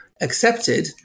accepted